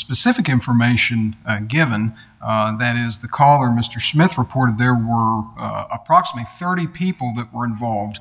specific information given that is the caller mr smith reported there were approximately thirty people that were involved